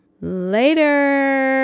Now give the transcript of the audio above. Later